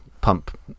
pump